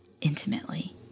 intimately